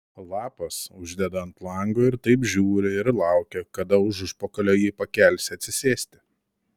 lapas uždeda ant lango ir taip žiuri ir laukia kada už užpakalio jį pakelsi atsisėsti